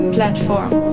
Platform